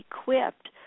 equipped